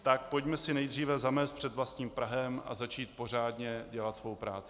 Tak pojďme si nejdříve zamést před vlastním prahem a začít pořádně dělat svou práci!